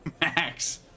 Max